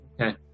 Okay